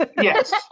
Yes